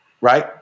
right